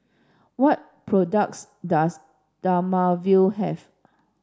what products does Dermaveen have